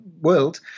world